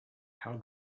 how